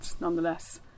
nonetheless